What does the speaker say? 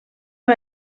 amb